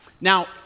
Now